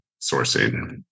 sourcing